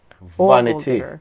Vanity